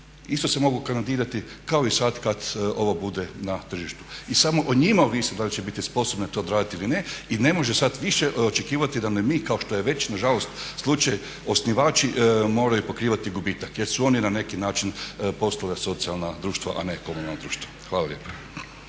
isto se mogu kandidirati kao i sad kad ovo bude na tržištu. I samo o njima ovisi da li će biti sposobne to odraditi ili ne. I ne može sad više očekivati da im mi kao što je već nažalost slučaj osnivači moraju pokrivati gubitak jer su oni na neki način postali socijalna društva, a ne komunalna društva. Hvala lijepa.